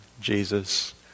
Jesus